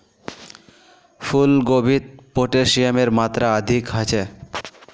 फूल गोभीत पोटेशियमेर मात्रा अधिक ह छे